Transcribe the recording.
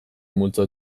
multzo